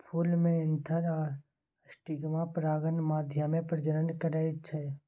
फुल मे एन्थर आ स्टिगमा परागण माध्यमे प्रजनन करय छै